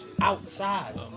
outside